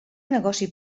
negoci